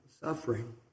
Suffering